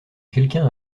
quelqu’un